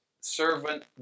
servant